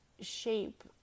shape